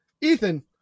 Ethan